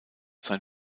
sein